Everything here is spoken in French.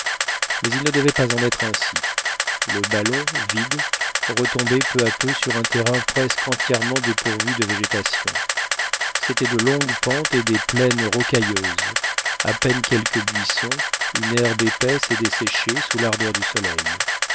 mais il ne devait pas en être ainsi le ballon vide retombait peu à peu sur un terrain presque entièrement dépourvu de végétation c'étaient de longues pentes et des plaines rocailleuses à peine quelques buissons une herbe épaisse et desséchée sous l'ardeur du soleil